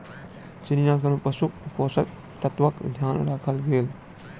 चिड़ियाघर में पशुक पोषक तत्वक ध्यान राखल गेल